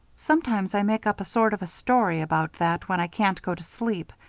sometimes i make up a sort of a story about that when i can't go to sleep.